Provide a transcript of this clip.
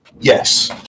Yes